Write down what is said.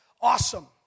awesome